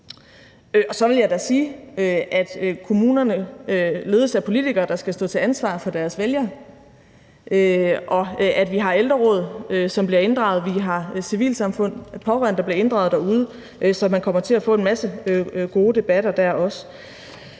Og så vil jeg da sige, at kommunerne ledes af politikere, der skal stå til ansvar for deres vælgere, og at vi har ældreråd, som bliver inddraget, vi har civilsamfund, altså pårørende, som bliver inddraget derude, så man kommer til at få en masse gode debatter der også.